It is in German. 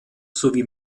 sowie